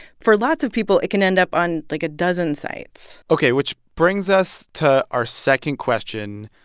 for lots of people, it can end up on, like, a dozen sites ok, which brings us to our second question.